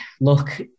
look